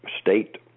state